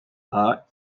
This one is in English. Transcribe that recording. are